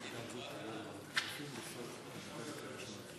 אנחנו עוברים להצעת החוק המוצמדת,